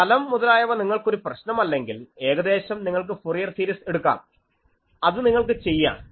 സ്ഥലം മുതലായവ നിങ്ങൾക്ക് ഒരു പ്രശ്നം അല്ലെങ്കിൽ ഏകദേശം നിങ്ങൾക്ക് ഫൊറിയർ സീരിയസ് എടുക്കാം അത് നിങ്ങൾക്ക് ചെയ്യാം